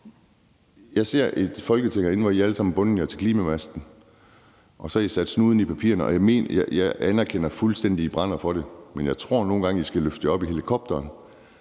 Jeg ser et Folketing herinde, hvor I alle sammen har bundet jer til klimamasten, og så har I sat snuden i papirerne. Jeg anerkender fuldstændig, at I brænder for det, men jeg tror, I nogle gange skal løfte jer op i helikopterperspektiv